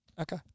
Okay